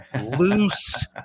loose